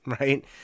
right